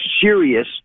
serious